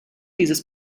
dieses